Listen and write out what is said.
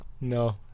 No